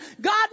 God